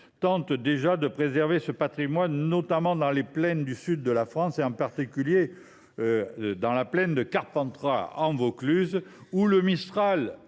tentent déjà de préserver ce patrimoine, notamment dans les plaines du sud de la France. Je pense en particulier à la plaine de Carpentras, en Vaucluse, où le mistral